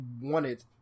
wanted